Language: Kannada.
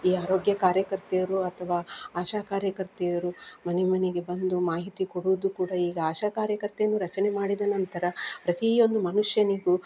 ಈ ಆರೋಗ್ಯ ಕಾರ್ಯಕರ್ತೆಯರು ಅಥವಾ ಆಶಾ ಕಾರ್ಯಕರ್ತೆಯರು ಮನೆ ಮನೆಗೆ ಬಂದು ಮಾಹಿತಿ ಕೊಡೋದು ಕೂಡ ಈಗ ಆಶಾ ಕಾರ್ಯಕರ್ತೆನೂ ರಚನೆ ಮಾಡಿದ ನಂತರ ಪ್ರತಿಯೊಂದು ಮನುಷ್ಯನಿಗೂ